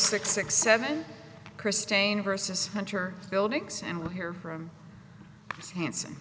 six six seven chris dana versus hunter building and we'll hear from hans